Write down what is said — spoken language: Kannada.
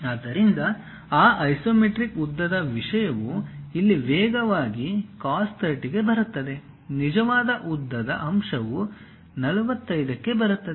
ಆದ್ದರಿಂದ ಆ ಐಸೊಮೆಟ್ರಿಕ್ ಉದ್ದದ ವಿಷಯವು ಇಲ್ಲಿ ವೇಗವಾಗಿ cos 30 ಬರುತ್ತದೆ ನಿಜವಾದ ಉದ್ದದ ಅಂಶವು 45 ಕ್ಕೆ ಬರುತ್ತದೆ